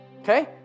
Okay